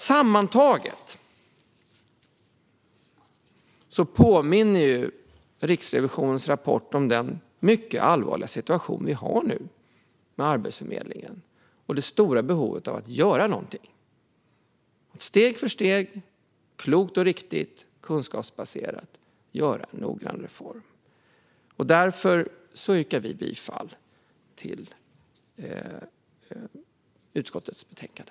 Sammantaget påminner Riksrevisionens rapport om den mycket allvarliga situation vi har nu med Arbetsförmedlingen och det stora behovet av att göra någonting och steg för steg, klokt och riktigt och kunskapsbaserat göra en noggrann reform. Därför yrkar jag bifall till förslaget i utskottets betänkande.